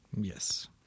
Yes